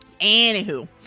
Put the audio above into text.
Anywho